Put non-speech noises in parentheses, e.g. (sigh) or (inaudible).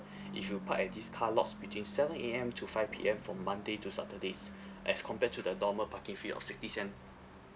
(breath) if you park at this car lots between seven A_M to five P_M from monday to saturdays as compared to the normal parking fee of sixty cent